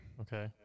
okay